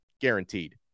guaranteed